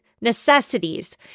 necessities